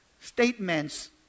statements